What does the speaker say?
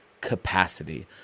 capacity